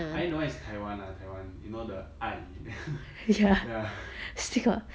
I know one is taiwan lah taiwan you know the 爱 ya